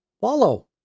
follow